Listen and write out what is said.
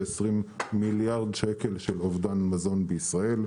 מיליארדי שקלים של אובדן מזון בישראל,